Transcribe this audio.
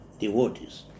devotees